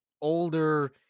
older